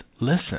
listen